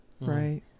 right